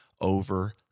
over